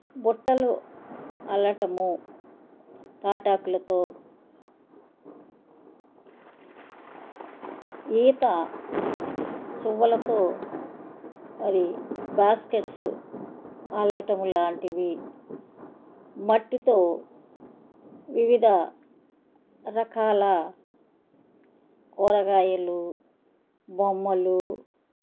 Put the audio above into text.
బుట్టలు అల్లటము తాటాకులతో ఈత సువ్వలతో మరి బాస్కెట్సు అల్లటంలాంటివి మట్టితో వివిధ రకాల కూరగాయలు బొమ్మలు